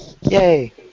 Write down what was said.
Yay